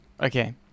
Okay